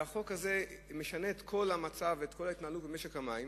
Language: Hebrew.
והחוק הזה משנה את כל המצב ואת כל ההתנהלות של משק המים.